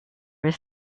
his